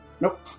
Nope